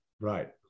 Right